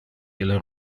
ille